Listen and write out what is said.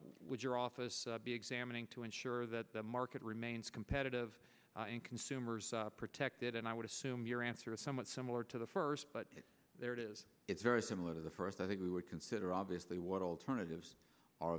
would your office be examining to ensure that the market remains competitive and consumers are protected and i would assume your answer is somewhat similar to the first but there it is it's very similar to the first i think we would consider obviously what alternatives are